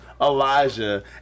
Elijah